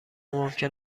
ممکن